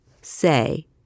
say